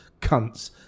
cunts